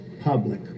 public